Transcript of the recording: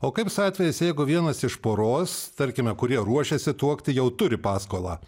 o kaip su atvejais jeigu vienas iš poros tarkime kurie ruošiasi tuokti jau turi paskolą